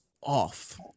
off